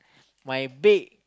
my bake